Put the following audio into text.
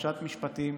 פרשת משפטים.